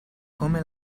come